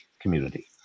community